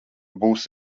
būsi